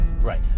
Right